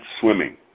swimming